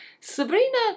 Sabrina